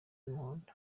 y’umuhondo